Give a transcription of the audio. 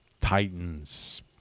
Titans